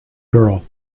girl